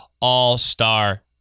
all-star